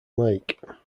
lake